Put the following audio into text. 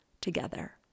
together